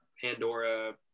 Pandora